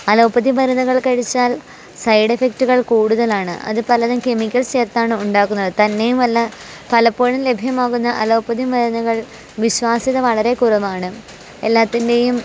allopathy മരുന്നുകൾ കഴിച്ചാൽ side എഫക്റ്റുകൾ കൂടുതലാണ് അത് പലതും കെമിക്കൽസ് ചേർത്താണ് ഉണ്ടാക്കുന്നത് തന്നെയും അല്ല പലപ്പോഴും ലഭ്യമാകുന്ന അലോപ്പതി മരുന്നുകൾ വിശ്വാസ്യത വളരെ കുറവാണ് എല്ലാത്തിൻ്റെയും